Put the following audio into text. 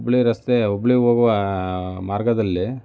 ಹುಬ್ಬಳ್ಳಿ ರಸ್ತೆ ಹುಬ್ಬಳ್ಳಿ ಹೋಗುವ ಮಾರ್ಗದಲ್ಲಿ